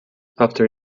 after